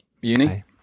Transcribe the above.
uni